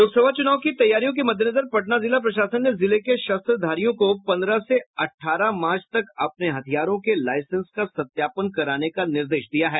लोकसभा चुनाव की तैयारियों के मद्देनजर पटना जिला प्रशासन ने जिले के शस्त्रधारियों को पंद्रह से अठारह मार्च तक अपने हथियारों के लाईसेंस का सत्यापन कराने निर्देश दिया है